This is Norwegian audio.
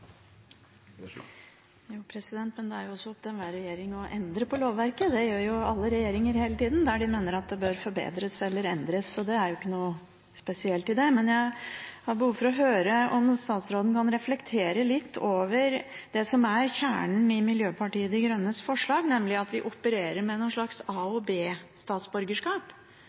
også opp til enhver regjering å endre på lovverket – det gjør jo alle regjeringer hele tida – der de mener det bør forbedres eller endres. Det er ikke noe spesielt i det. Jeg har behov for å høre om statsråden kan reflektere litt over det som er kjernen i Miljøpartiet De Grønnes forslag, nemlig at vi opererer med noen slags a- og b-statsborgerskap – noen har statsborgerskap